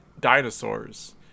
dinosaurs